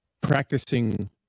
practicing